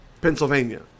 Pennsylvania